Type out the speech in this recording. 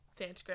Fantagram